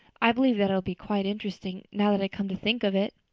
i believe that it will be quite interesting, now that i come to think of it.